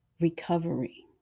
recovery